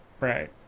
right